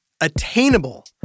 attainable